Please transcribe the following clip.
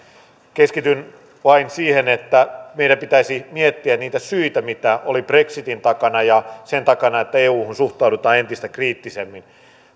keskityn vain siihen että meidän pitäisi miettiä niitä syitä mitä oli brexitin takana ja sen takana että euhun suhtaudutaan entistä kriittisemmin